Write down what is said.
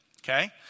Okay